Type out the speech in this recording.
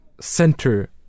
center